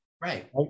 Right